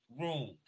room